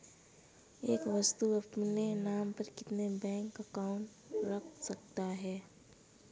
एक व्यक्ति अपने नाम पर कितने बैंक अकाउंट रख सकता है?